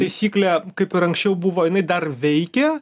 taisyklė kaip ir anksčiau buvo jinai dar veikia